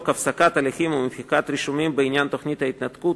הפסקת הליכים ומחיקת רישומים בעניין תוכנית ההתנתקות,